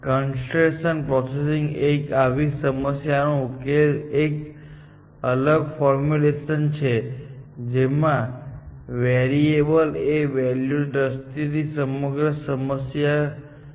constrain processing એ આવી સમસ્યાઓના ઉકેલનું એક અલગ ફોર્મ્યુલેશન છે જેમાં તમે વેરીએબલ અને વેલ્યુ ની દ્રષ્ટિએ સમગ્ર સમસ્યા ઘડો છો